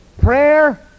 Prayer